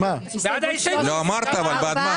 לא אמרת בעד מה.